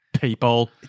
People